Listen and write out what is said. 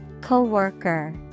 Co-worker